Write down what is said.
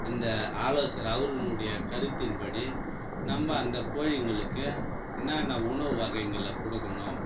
இந்த ஆலோசனை அவரினுடைய கருத்தின் படி நம்ம அந்த கோழிங்களுக்கு என்னான்னா உணவு வகைங்களை கொடுக்கணும்